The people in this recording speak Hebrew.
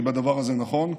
אם הדבר הזה נכון,